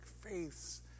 faiths